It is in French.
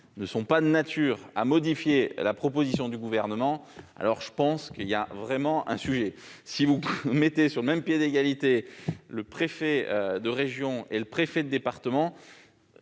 ne sont pas de nature à modifier la proposition du Gouvernement, alors, en effet, il y a un véritable problème. Si vous mettez sur le même pied le préfet de région et le préfet de département,